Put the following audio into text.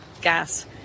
gas